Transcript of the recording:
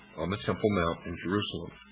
on the temple mount in jerusalem.